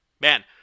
Man